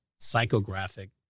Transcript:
psychographic